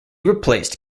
replaced